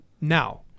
Now